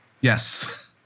Yes